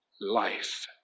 life